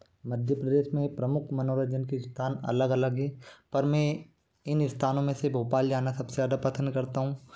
मध्य प्रदेश में एक प्रमुख मनोरंजन के स्थान अलग अलग है पर मैं इन स्थानों में से भोपाल जाना सब से ज़्यादा पसंद करता हूँ